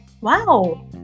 Wow